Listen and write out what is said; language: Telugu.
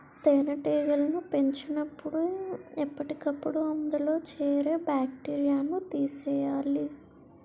తేనెటీగలను పెంచినపుడు ఎప్పటికప్పుడు అందులో చేరే బాక్టీరియాను తీసియ్యాలి